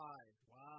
Wow